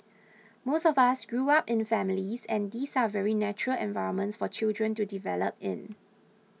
most of us grew up in families and these are very natural environments for children to develop in